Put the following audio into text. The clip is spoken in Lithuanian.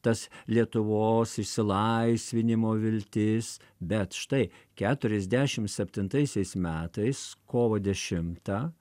tas lietuvos išsilaisvinimo viltis bet štai keturiasdešim septintaisiais metais kovo dešimtą